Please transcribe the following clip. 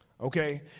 okay